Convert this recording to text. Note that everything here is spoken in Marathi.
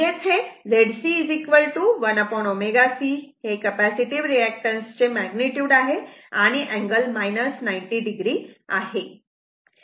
म्हणजेच हे Z C 1ω C हे कपॅसिटीव्ह रिऍक्टन्स चे मॅग्निट्युड आहे आणि अँगल 90 o आहे